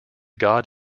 god